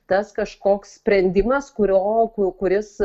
tas kažkoks sprendimas kurio kuris